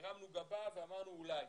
הרמנו גבה ואמרנו אולי.